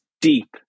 deep